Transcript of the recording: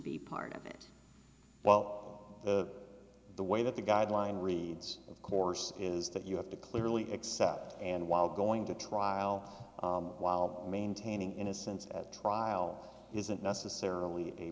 be part of it well the way that the guideline reads of course is that you have to clearly except and while going to trial while maintaining innocence at trial isn't necessarily a